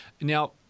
Now